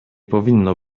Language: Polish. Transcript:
powinno